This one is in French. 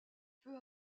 peu